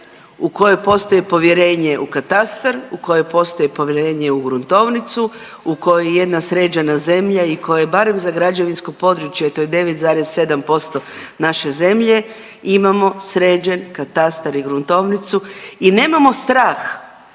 u kojoj postoji povjerenje u katastar, u kojoj postoji povjerenje u gruntovnicu, u kojoj jedna sređena zemlja i koja barem za građevinsko područje, to je 9,7% naše zemlje imamo sređen katastar i gruntovnicu i nemao strah